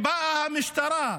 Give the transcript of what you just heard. באה המשטרה,